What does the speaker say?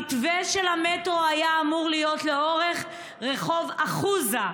המתווה של המטרו היה אמור להיות לאורך רחוב אחוזה.